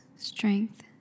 Strength